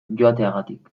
joateagatik